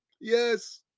Yes